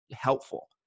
helpful